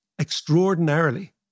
extraordinarily